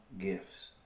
gifts